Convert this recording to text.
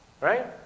Right